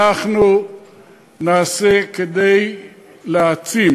אנחנו נעשה כדי להעצים